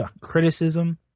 criticism